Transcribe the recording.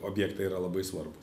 objektai yra labai svarbūs